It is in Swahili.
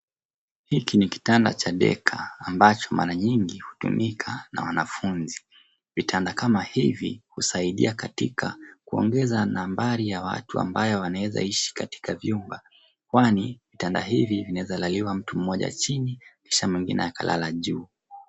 Hiki ni kitanda cha deka ambacho mara nyingi hutumika na wanafunzi. Vitanda kama hivi husaidia katika kuongeza nambari ya watu ambayo wanaeza ishi katika vyumba kwani vitanda hivi vinaweza laliwa mtu mmoja chini kisha mwengine akalala juu.